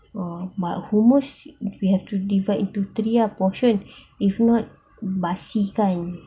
orh but hummus we have to divide into three portions if not basi kan